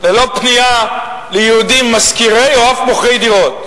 ללא פנייה ליהודים משכירי דירות או מוכרי דירות,